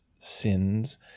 Sins